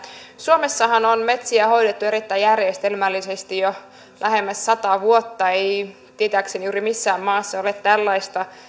suomessahan on metsiä hoidettu erittäin järjestelmällisesti jo lähemmäs sata vuotta ei tietääkseni juuri missään maassa ole tällaista